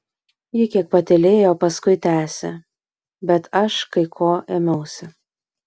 ji kiek patylėjo o paskui tęsė bet aš kai ko ėmiausi